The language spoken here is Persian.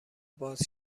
باز